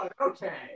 Okay